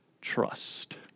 trust